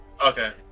Okay